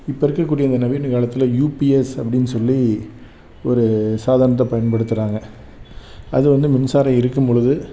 இப்போ இருக்கக்கூடிய அந்த நவீன காலத்தில் யூபிஎஸ் அப்படின் சொல்லி ஒரு சாதனத்தை பயன்படுத்துகிறாங்க அது வந்து மின்சாரம் இருக்கும்பொழுது